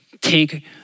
Take